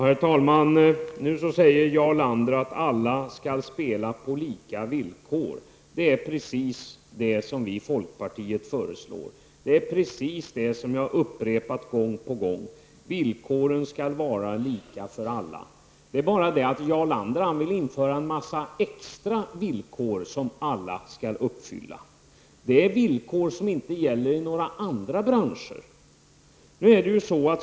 Herr talman! Nu säger Jarl Lander att alla skall spela på lika villkor. Det är precis det som vi i folkpartiet föreslår, det är precis det som jag har upprepat gång på gång: Villkoren skall vara lika för alla. Det är bara det att Jarl Lander vill införa en massa extra villkor som alla skall uppfylla -- villkor som inte gäller i några andra branscher.